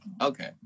okay